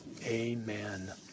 Amen